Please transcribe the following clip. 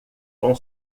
com